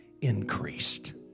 increased